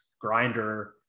grinder